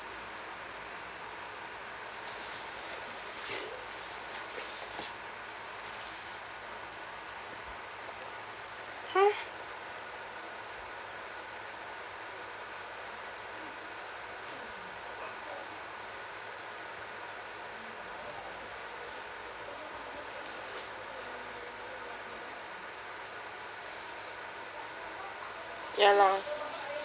!huh! ya lah